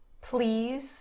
Please